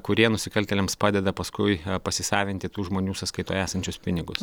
kurie nusikaltėliams padeda paskui pasisavinti tų žmonių sąskaitoj esančius pinigus